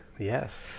Yes